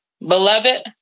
beloved